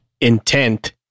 intent